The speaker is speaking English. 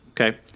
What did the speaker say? okay